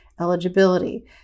eligibility